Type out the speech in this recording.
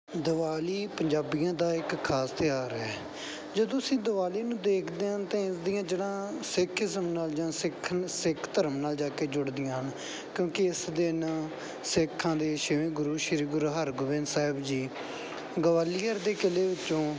ਦਿਵਾਲੀ ਪੰਜਾਬੀਆਂ ਦਾ ਇੱਕ ਖਾਸ ਤਿਉਹਾਰ ਹੈ ਜਦੋਂ ਅਸੀਂ ਦਿਵਾਲੀ ਨੂੰ ਦੇਖਦੇ ਹਾਂ ਤਾਂ ਇਸ ਦੀਆਂ ਜੜ੍ਹਾਂ ਸਿੱਖਜ਼ਮ ਨਾਲ ਜਾਂ ਸਿੱਖ ਸਿੱਖ ਧਰਮ ਨਾਲ ਜਾ ਕੇ ਜੁੜਦੀਆਂ ਹਨ ਕਿਉਂਕਿ ਇਸ ਦਿਨ ਸਿੱਖਾਂ ਦੇ ਛੇਵੇਂ ਗੁਰੂ ਸ਼੍ਰੀ ਗੁਰੂ ਹਰਗੋਬਿੰਦ ਸਾਹਿਬ ਜੀ ਗਵਾਲੀਅਰ ਦੇ ਕਿਲੇ ਵਿੱਚੋਂ